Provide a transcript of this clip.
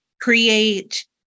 create